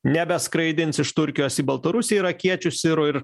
nebeskraidins iš turkijos į baltarusiją irakiečių sirų ir